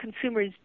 consumers